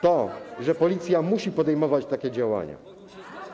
To, że Policja musi podejmować takie działania.